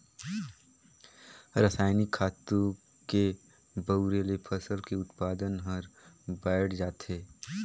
रसायनिक खातू के बउरे ले फसल के उत्पादन हर बायड़ जाथे